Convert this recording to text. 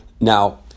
Now